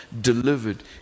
delivered